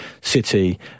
City